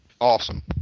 awesome